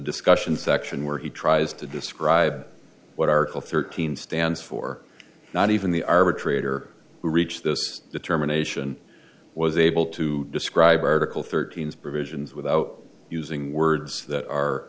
discussion section where he tries to describe what article thirteen stands for not even the arbitrator reached this determination was able to describe article thirteen provisions without using words that are